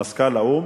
מזכ"ל האו"ם,